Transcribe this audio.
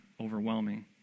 overwhelming